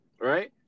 right